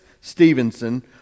Stevenson